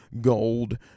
gold